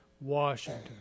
Washington